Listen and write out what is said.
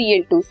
Cl2